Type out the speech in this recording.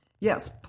yes